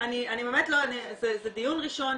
זה דיון ראשון,